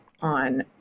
on